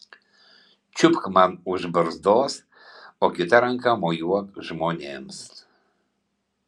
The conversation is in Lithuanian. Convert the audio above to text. čiupk man už barzdos o kita ranka mojuok žmonėms